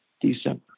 December